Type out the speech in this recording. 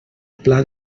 pla